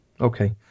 Okay